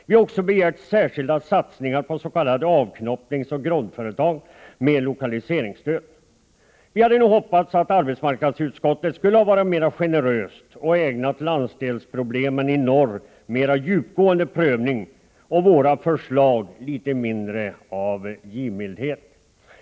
Vi har också begärt särskilda satsningar på s.k. avknoppningsoch groddföretag med lokaliseringsstöd. Vi hade nog hoppats att arbetsmarknadsutskottet skulle ha varit mera generöst och ägnat landsdelsproblemen i norr en mer djupgående prövning och våra förslag litet mer av givmildhet.